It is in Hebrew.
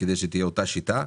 כדי שתהיה אותה שיטה.